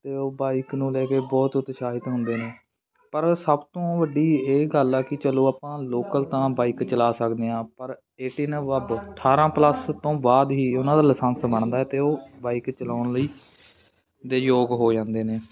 ਅਤੇ ਉਹ ਬਾਈਕ ਨੂੰ ਲੈ ਕੇ ਬਹੁਤ ਉਤਸ਼ਾਹਿਤ ਹੁੰਦੇ ਨੇ ਪਰ ਸਭ ਤੋਂ ਵੱਡੀ ਇਹ ਗੱਲ ਆ ਕਿ ਚਲੋ ਆਪਾਂ ਲੋਕਲ ਤਾਂ ਬਾਈਕ ਚਲਾ ਸਕਦੇ ਹਾਂ ਪਰ ਏਟੀਨ ਅਬੱਵ ਅਠਾਰ੍ਹਾਂ ਪਲੱਸ ਤੋਂ ਬਾਅਦ ਹੀ ਉਹਨਾਂ ਦਾ ਲਾਇਸੈਂਸ ਬਣਦਾ ਅਤੇ ਉਹ ਬਾਈਕ ਚਲਾਉਣ ਲਈ ਦੇ ਯੋਗ ਹੋ ਜਾਂਦੇ ਨੇ